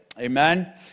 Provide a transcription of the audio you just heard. Amen